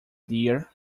dear